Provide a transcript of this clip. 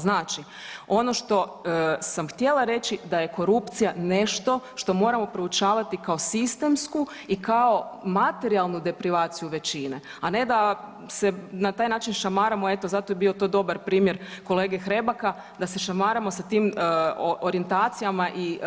Znači, ono što sam htjela reći da je korupcija nešto što moramo proučavati kao sistemsku i kao materijalnu deprivaciju većine, a ne da se na taj način šamaramo eto zato je bio to dobar primjer kolege Hrebaka, da se šamaramo tim orijentacijama i